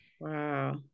Wow